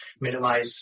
minimize